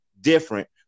different